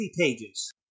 pages